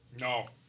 No